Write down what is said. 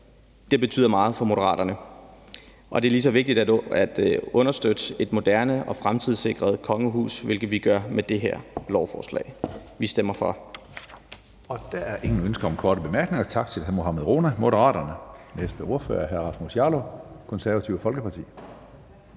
Det betyder meget for Moderaterne. Det er lige så vigtigt at understøtte et moderne og fremtidssikret kongehus, hvilket vi gør med det her lovforslag. Vi stemmer for. Kl. 13:27 Tredje næstformand (Karsten Hønge): Der er ingen ønsker om korte bemærkninger. Tak til hr. Mohammad Rona, Moderaterne. Næste ordfører er hr. Rasmus Jarlov, Det Konservative Folkeparti.